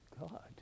God